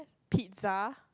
pizza